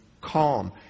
calm